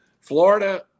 Florida